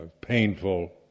painful